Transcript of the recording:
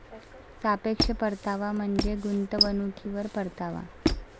सापेक्ष परतावा म्हणजे गुंतवणुकीवर परतावा